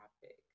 topic